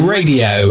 Radio